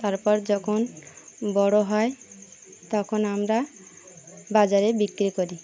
তারপর যখন বড় হয় তখন আমরা বাজারে বিক্রি করি